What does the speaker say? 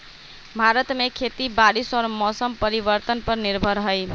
भारत में खेती बारिश और मौसम परिवर्तन पर निर्भर हई